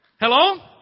Hello